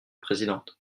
présidente